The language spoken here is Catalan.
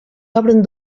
obren